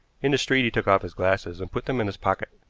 in the street he took off his glasses and put them in his pocket.